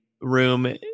room